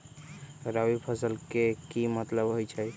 रबी फसल के की मतलब होई छई?